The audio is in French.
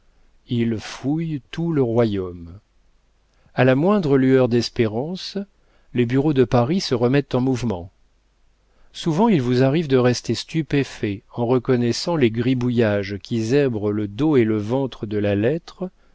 ils fouillent tout le royaume a la moindre lueur d'espérance les bureaux de paris se remettent en mouvement souvent il vous arrive de rester stupéfait en reconnaissant les gribouillages qui zèbrent le dos et le ventre de la lettre